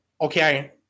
okay